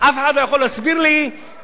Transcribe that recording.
אף אחד לא יכול להסביר לי מדוע,